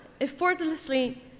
effortlessly